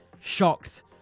Shocked